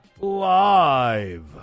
Live